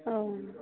अ